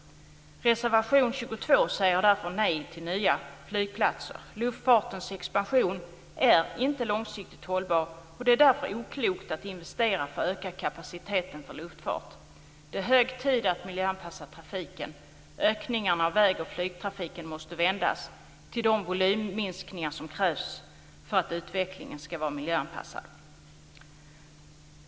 Reservation 22 säger därför nej till nya flygplatser. Luftfartens expansion är inte långsiktigt hållbar. Därför är det oklokt att investera för att öka kapaciteten för luftfarten. Det är hög tid att miljöanpassa trafiken. Ökningarna av vägoch flygtrafiken måste vändas till de volymminskningar som krävs för att utvecklingen ska vara miljöanpassad.